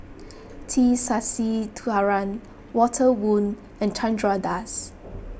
T Sasitharan Walter Woon and Chandra Das